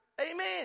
Amen